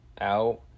out